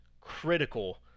critical